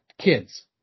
kids